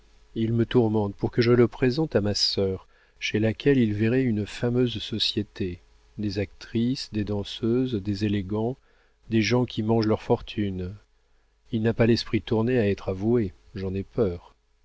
il me tourmente pour que je le présente à ma sœur chez laquelle il verrait une fameuse société des actrices des danseuses des élégants des gens qui mangent leur fortune il n'a pas l'esprit tourné à être avoué j'en ai peur